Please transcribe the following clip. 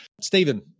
Stephen